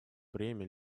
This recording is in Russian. бремя